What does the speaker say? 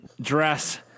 dress